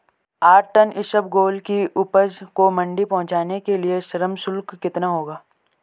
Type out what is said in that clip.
आठ टन इसबगोल की उपज को मंडी पहुंचाने के लिए श्रम शुल्क कितना होगा?